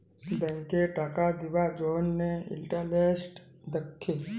ব্যাংকে টাকা দিবার জ্যনহে ইলটারেস্ট দ্যাখে